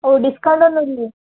ഓ ഡിസ്കൗണ്ടോന്നും ഇല്ലേ